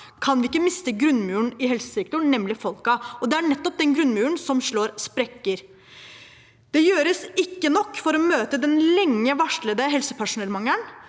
kan vi ikke miste grunnmuren i helsesektoren, nemlig folkene. Det er nettopp den grunnmuren som slår sprekker. Det gjøres ikke nok for å møte den lenge varslede helsepersonellmangelen.